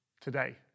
today